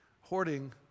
hoarding